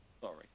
Sorry